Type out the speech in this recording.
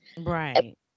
Right